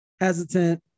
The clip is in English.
hesitant